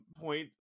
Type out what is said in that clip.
point